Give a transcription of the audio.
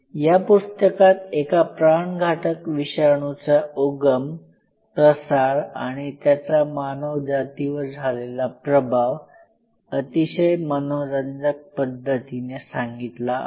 या पुस्तकात एका प्राणघातक विषाणूचा उगम प्रसार आणि त्याचा मानव जातीवर झालेला प्रभाव अतिशय मनोरंजक पद्धतीने सांगितला आहे